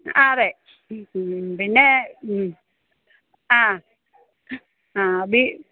ആ അതെ പിന്നെ ആ ആ ബി